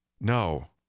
No